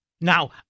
Now